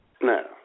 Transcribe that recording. No